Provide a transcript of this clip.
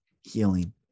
healing